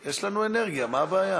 יש לנו אנרגיה, מה הבעיה?